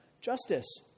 justice